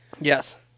Yes